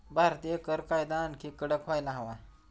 भारतीय कर कायदा आणखी कडक व्हायला हवा